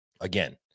Again